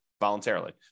voluntarily